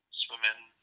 swimming